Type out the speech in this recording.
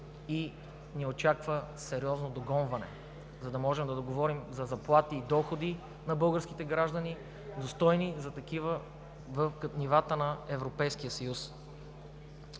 и ни очаква сериозно догонване, за да можем да говорим за заплати и доходи на българските граждани, достойни за такива като нивата на Европейския съюз.